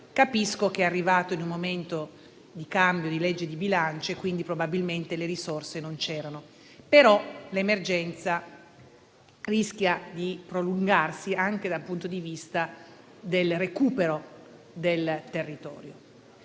capisco che è arrivato in un momento di passaggio, con la legge di bilancio, e quindi probabilmente le risorse non c'erano. L'emergenza, però, rischia di prolungarsi anche dal punto di vista del recupero del territorio.